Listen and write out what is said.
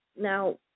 now